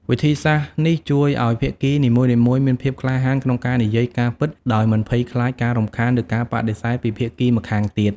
វិធីសាស្រ្តនេះជួយឲ្យភាគីនីមួយៗមានភាពក្លាហានក្នុងការនិយាយការពិតដោយមិនភ័យខ្លាចការរំខាន ឬការបដិសេធពីភាគីម្ខាងទៀត។